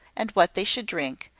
and what they should drink,